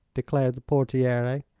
declared the portiere.